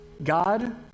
God